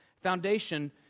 foundation